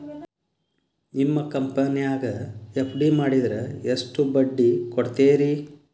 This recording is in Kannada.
ನಿಮ್ಮ ಕಂಪನ್ಯಾಗ ಎಫ್.ಡಿ ಮಾಡಿದ್ರ ಎಷ್ಟು ಬಡ್ಡಿ ಕೊಡ್ತೇರಿ?